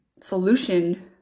solution